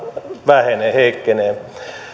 vähenee heikkenee